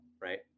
right